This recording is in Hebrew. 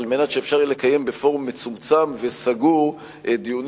על מנת שאפשר יהיה לקיים בפורום מצומצם וסגור דיונים